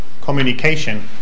communication